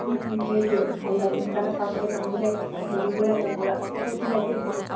সেইটোৱে ভাল লাগে সেইকাৰণে চাবলৈ যাম বুলি একে হেৰি হৈ আছোঁ পূৰা ফূৰ্তি লাগি আছে